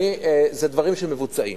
זה דברים שמבוצעים.